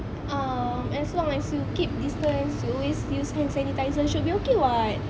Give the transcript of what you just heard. ah as long as you keep distance you always use hand sanitizer should be okay [what]